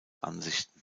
ansichten